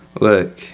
Look